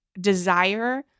desire